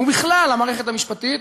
ובכלל המערכת המשפטית,